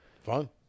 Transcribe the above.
Fun